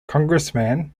congressman